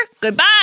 goodbye